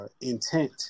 intent